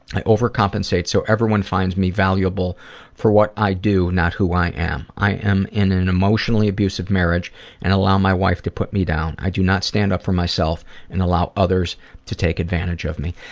i overcompensate so everyone finds me valuable for what i do, not who i am. i am in an emotionally abusive marriage and allow my wife to put me down. i do not stand up for myself and allow others to take advantage of me.